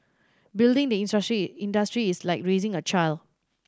building the industry is like raising a child